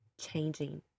changing